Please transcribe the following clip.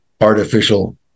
artificial